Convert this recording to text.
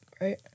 right